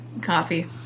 coffee